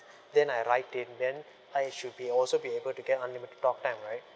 then I write in then I should be also be able to get unlimited talk time right